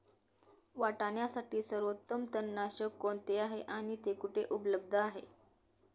वाटाण्यासाठी सर्वोत्तम तणनाशक कोणते आहे आणि ते कुठे उपलब्ध आहे?